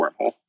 wormhole